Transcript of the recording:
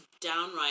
downright